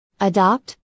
Adopt